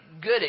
good